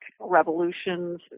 revolutions